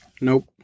Nope